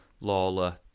Lawler